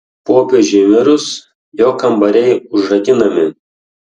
popiežiui mirus jo kambariai užrakinami